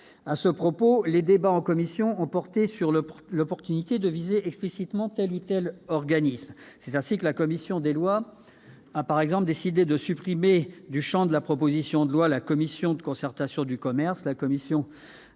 À ce propos, les débats en commission ont porté sur l'opportunité de viser explicitement tel ou tel organisme. C'est ainsi que la commission des lois a décidé de supprimer du champ de la proposition de loi la Commission de concertation du commerce, la Commission